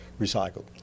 recycled